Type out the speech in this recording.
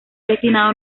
destinado